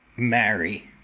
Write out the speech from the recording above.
marry,